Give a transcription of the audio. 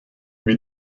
wie